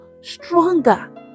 stronger